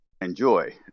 enjoy